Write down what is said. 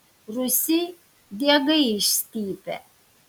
rūsy diegai išstypę